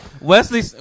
Wesley